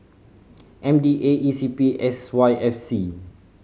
M D A E C P S Y F C